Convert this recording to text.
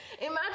Imagine